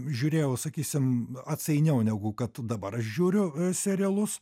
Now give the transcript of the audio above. žiūrėjau sakysim atsainiau negu kad dabar žiūriu serialus